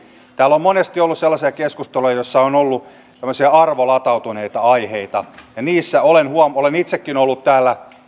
täällä on monesti ollut sellaisia keskusteluja joissa on ollut tämmöisiä arvolatautuneita aiheita ja niissä olen itsekin ollut